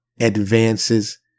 advances